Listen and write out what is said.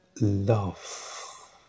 love